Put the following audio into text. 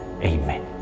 Amen